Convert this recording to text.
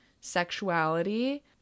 sexuality